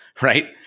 right